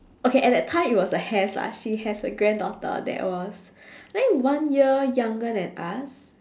okay at that time it was a has lah she has a granddaughter that was I think one year younger then us